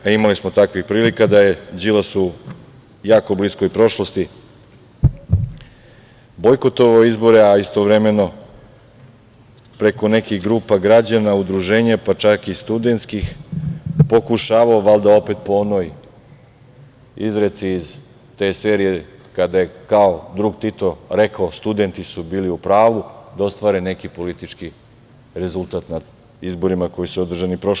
Imali smo takvih prilika da je Đilas u jako bliskoj prošlosti bojkotovao izbore, a istovremeno preko nekih grupa građana, udruženja, pa čak i studentskih, pokušavao, valjda opet po onoj izreci iz te serije kada je, kao, drug Tito rekao: „Studenti su bili u pravu“, da ostvare neki politički rezultat na izborima koji su održani prošle godine.